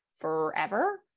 forever